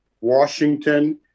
Washington